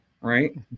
Right